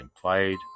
played